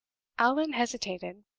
allan hesitated.